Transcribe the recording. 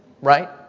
right